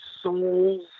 souls